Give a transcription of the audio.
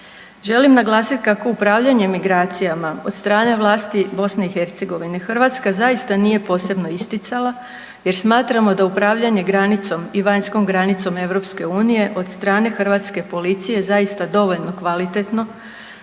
Želim naglasiti kako upravljanje migracijama od strane vlasti Bosne i Hercegovine Hrvatska zaista nije posebno isticala, jer smatramo da upravljanje granicom i vanjskom granicom EU od strane hrvatske policije zaista dovoljno kvalitetno,